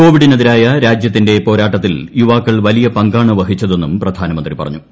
കോവിഡിനെതിരായ രാജ്യത്തിന്റെ പോരാട്ടത്തിൽ യുവാക്കൾ വലിയ പങ്കാണ് വഹിച്ചതെന്നും പ്രധാനമന്ത്രി പറഞ്ഞു